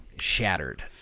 shattered